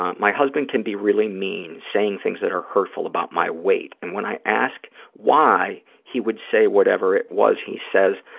um my husband can be really mean, saying things that are hurtful about my weight, and when i ask why he would say whatever it was, he says,